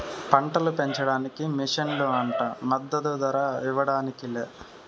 పంటలు పెంచడానికి మిషన్లు అంట మద్దదు ధర ఇవ్వడానికి లే